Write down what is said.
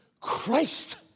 Christ